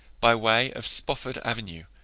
by way of spofford avenue,